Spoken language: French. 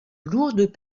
lourdes